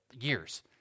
years